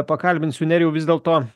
pakalbinsiu nerijau vis dėlto